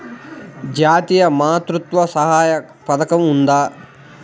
జాతీయ మాతృత్వ సహాయ పథకం ఉందా?